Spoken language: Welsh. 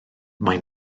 mae